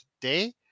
today